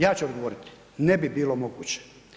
Ja ću odgovoriti, ne bi bilo moguće.